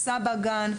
"סבא גן",